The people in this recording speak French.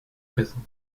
présents